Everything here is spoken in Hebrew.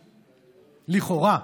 לכאורה,